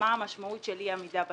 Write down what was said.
מה המשמעות של אי עמידה ביעדים.